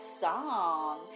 Song